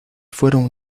fueron